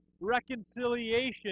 reconciliation